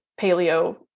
paleo